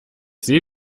seh